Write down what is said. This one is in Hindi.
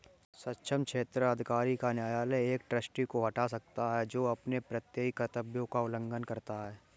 सक्षम क्षेत्राधिकार का न्यायालय एक ट्रस्टी को हटा सकता है जो अपने प्रत्ययी कर्तव्य का उल्लंघन करता है